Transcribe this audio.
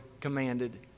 commanded